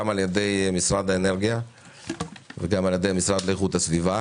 על ידי משרד האנרגיה וגם על ידי המשרד לאיכות הסביבה